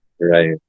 Right